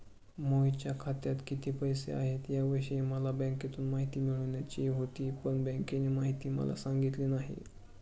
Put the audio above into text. मोहितच्या खात्यात किती पैसे आहेत याविषयी मला बँकेतून माहिती मिळवायची होती, पण बँकेने माहिती मला सांगितली नाही